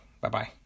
Bye-bye